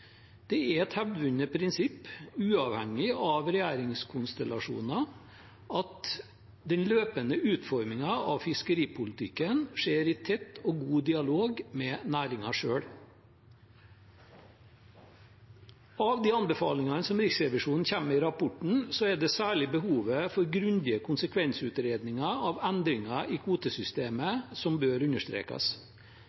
Det er et hevdvunnet prinsipp, uavhengig av regjeringskonstellasjoner, at den løpende utformingen av fiskeripolitikken skjer i tett og god dialog med næringen selv. Av de anbefalingene som Riksrevisjonen kommer med i rapporten, er det særlig behovet for grundige konsekvensutredninger av endringer i kvotesystemet